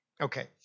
Okay